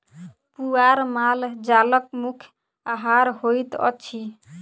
पुआर माल जालक मुख्य आहार होइत अछि